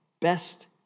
Best